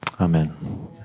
Amen